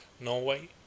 Norway